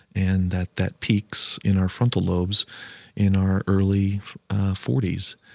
and that that peaks in our frontal lobes in our early forty s,